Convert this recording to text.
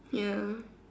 ya